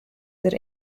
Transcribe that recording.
der